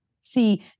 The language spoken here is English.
See